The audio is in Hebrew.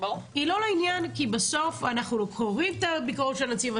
היא לא לעניין כי בסוף אנחנו קוראים את הביקורת של הנציב,